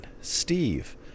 Steve